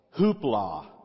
Hoopla